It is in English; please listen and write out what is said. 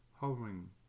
hovering